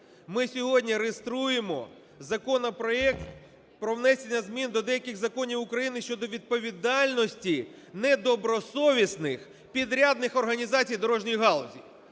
Ми сьогодні реєструємо законопроект про внесення змін до деяких законів України щодо відповідальності недобросовісних підрядних організацій дорожньої галузі.